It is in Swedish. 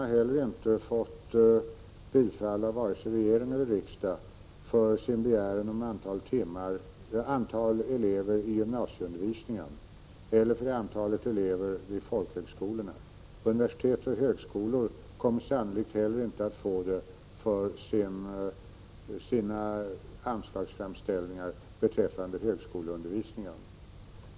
Varken regeringen eller riksdagen har heller bifallit skolöverstyrelsens begäran i fråga om antalet elever i gymnasieundervisningen och vid folkhögskolorna. Universiteten och högskolorna kommer sannolikt inte heller att få igenom sina anslagsframställningar beträffande högskoleundervisningen.